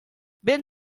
vent